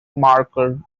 marker